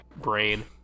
brain